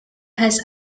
has